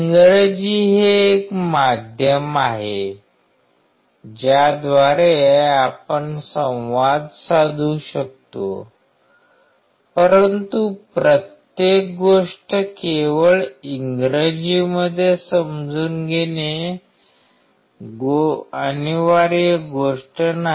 इंग्रजी हे एक माध्यम आहे ज्याद्वारे आपण संवाद साधू शकतो परंतु प्रत्येक गोष्ट केवळ इंग्रजीमध्ये समजून घेणे अनिवार्य गोष्ट नाही